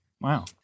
Wow